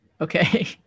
Okay